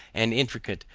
and intricate,